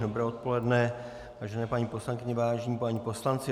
Dobré odpoledne, vážené paní poslankyně, vážení páni poslanci.